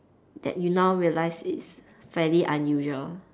that you now realise it's fairly unusual